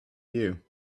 you